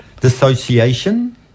dissociation